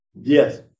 Yes